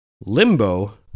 limbo